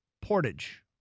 Portage